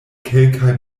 kelkaj